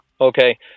Okay